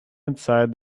inside